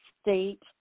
state